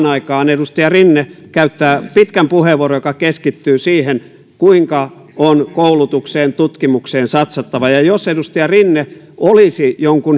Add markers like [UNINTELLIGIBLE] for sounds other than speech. [UNINTELLIGIBLE] aikaan edustaja rinne käyttää pitkän puheenvuoron joka keskittyy siihen kuinka on koulutukseen tutkimukseen satsattava ja jos edustaja rinne olisi jonkun [UNINTELLIGIBLE]